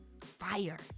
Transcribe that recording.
fire